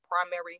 primary